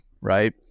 right